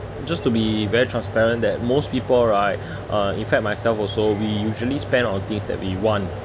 just to be very transparent that most people right uh in fact myself also we usually spend on things that we want